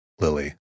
Lily